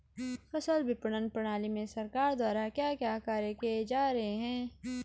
फसल विपणन प्रणाली में सरकार द्वारा क्या क्या कार्य किए जा रहे हैं?